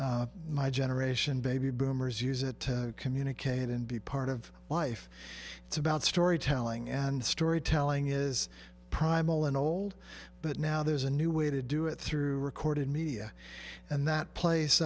my generation baby boomers use it to communicate and be part of life it's about storytelling and storytelling is primal and old but now there's a new way to do it through recorded media and that place